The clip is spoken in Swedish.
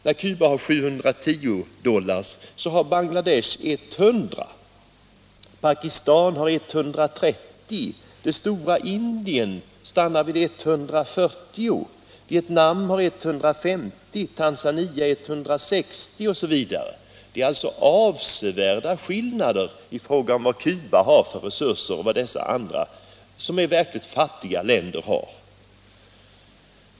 När Cuba har 710 dollar, så har Bangladesh 100 och Pakistan 130, det stora Indien stannar vid 140, Vietnam har 150 och Tanzania har 160. Det är alltså avsevärda skillnader i fråga om resurser mellan Cuba och dessa andra länder, som är verkligt fattiga.